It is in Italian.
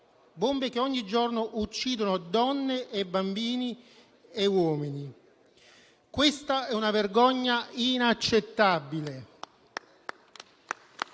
bombe che ogni giorno uccidono donne, bambini e uomini. Questa è una vergogna inaccettabile.